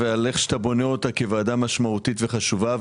-- ועל איך שאתה בונה אותה כוועדה משמעותית וחשובה.